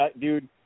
dude